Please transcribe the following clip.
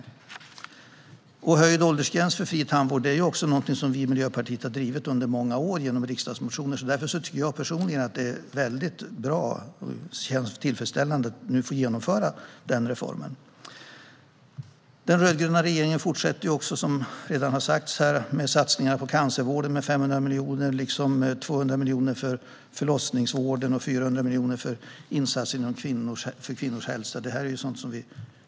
Frågan om en höjd åldersgräns för fri tandvård är något som vi i Miljöpartiet har drivit under många, bland annat genom motioner i riksdagen. Därför tycker jag personligen att det känns mycket bra att vi nu genomför denna reform. Den rödgröna regeringen fortsätter också med satsningar på cancervården med 500 miljoner, 200 miljoner till förlossningsvården och 400 miljoner till insatser för kvinnors hälsa.